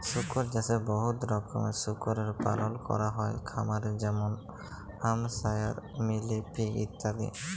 শুকর চাষে বহুত রকমের শুকরের পালল ক্যরা হ্যয় খামারে যেমল হ্যাম্পশায়ার, মিলি পিগ ইত্যাদি